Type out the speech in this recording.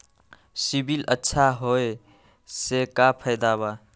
CIBIL अच्छा होऐ से का फायदा बा?